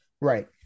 Right